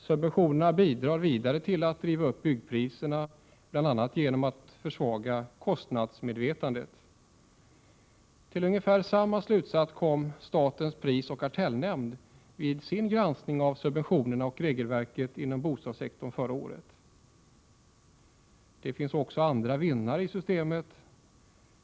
Subventionerna bidrar vidare till att driva upp byggpriserna, bl.a. genom att försvaga kostnadsmedvetandet. Till ungefär samma slutsats kom statens prisoch kartellnämnd vid sin granskning av subventionsoch regelverket inom bostadssektorn förra året. Det finns också andra vinnare i systemet.